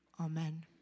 Amen